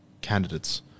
candidates